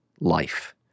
life